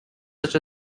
such